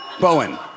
Bowen